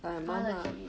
!huh! legit